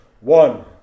One